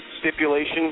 stipulation